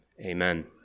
Amen